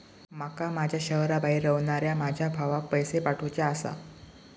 माका माझ्या शहराबाहेर रव्हनाऱ्या माझ्या भावाक पैसे पाठवुचे आसा